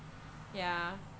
ya